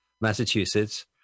Massachusetts